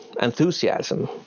enthusiasm